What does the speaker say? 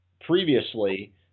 previously